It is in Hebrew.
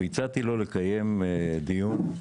והצעתי לו לקיים דיון .